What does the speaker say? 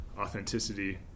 authenticity